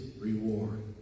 reward